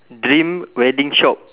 dream wedding shop